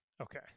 Okay